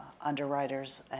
underwriters